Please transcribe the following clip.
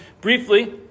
briefly